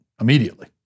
immediately